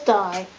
die